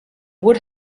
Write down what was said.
would